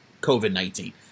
COVID-19